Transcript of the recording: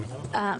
לא,